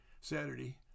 Saturday